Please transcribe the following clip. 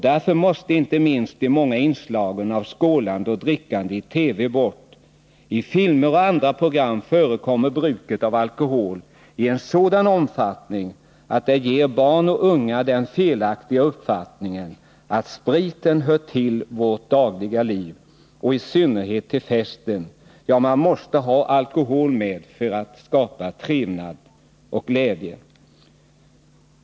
Därför måste inte minst de många inslagen av skålande och drickande i TV bort. I filmer och andra program förekommer bruk av alkohol i sådan omfattning att det ger barn och ungdomar den felaktiga uppfattningen att sprit hör till vårt dagliga liv och i synnerhet till fest. Ja, det ger uppfattningen att alkohol måste finnas med för att man skall kunna skapa trevnad och glädje.